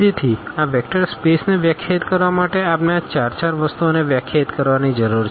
તેથી આ વેક્ટર સ્પેસને વ્યાખ્યાયિત કરવા માટે આપણે આ ચાર ચાર વસ્તુઓને વ્યાખ્યાયિત કરવાની જરૂર છે